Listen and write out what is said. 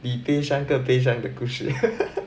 比悲伤更悲伤的故事